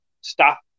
stop